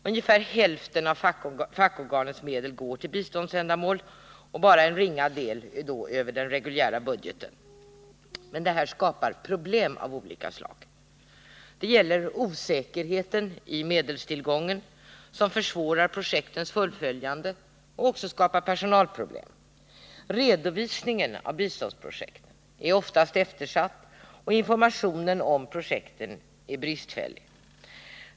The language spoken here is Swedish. Ungefär hälften av fackorganens medel går till biståndsändamål, varav endast en ringa del över den reguljära budgeten. Detta skapar problem av olika slag. Det gäller osäkerheten i medelstillgången, som försvårar projektens fullföljande och skapar personalproblem. Redovisningen av biståndsprojekten är ofta eftersatt, och informationen om projekten är ofta bristfällig.